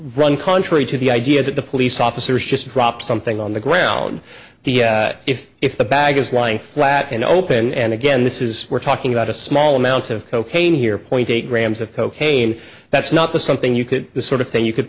run contrary to the idea that the police officers just drop something on the ground the if if the bag is lying flat and open and again this is we're talking about a small amount of cocaine here point eight grams of cocaine that's not the something you could the sort of thing you could